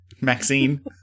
Maxine